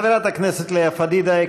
חברת כנסת לאה פדידה,